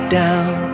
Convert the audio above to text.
down